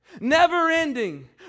Never-ending